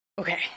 Okay